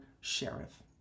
sheriff